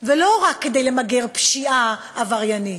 לא רק כדי למגר פשיעה עבריינית,